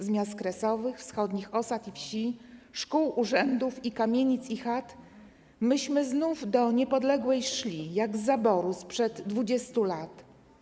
Z miast kresowych, wschodnich osad i wsi, Szkół, urzędów i kamienic i chat: Myśmy znów do Niepodległej szli, Jak z zaboru, sprzed dwudziestu lat.